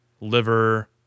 liver